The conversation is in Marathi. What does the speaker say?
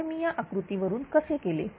तर मी या आकृतीवरून कसे केले